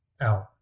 out